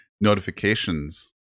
notifications